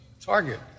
target